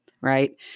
right